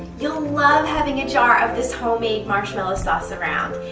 you'll love having a jar of this homemade marshmallow sauce around.